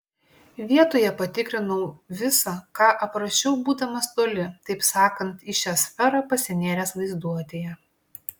vietoje patikrinau visa ką aprašiau būdamas toli taip sakant į šią sferą pasinėręs vaizduotėje